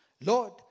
Lord